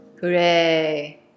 Hooray